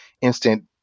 instant